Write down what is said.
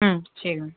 ம் சரி மேம்